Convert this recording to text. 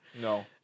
No